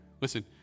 Listen